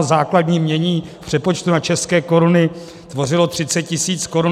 Základní jmění v přepočtu na české koruny tvořilo 30 tisíc korun.